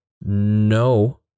no